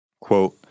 Quote